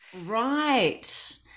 Right